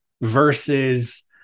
versus